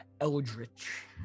Eldritch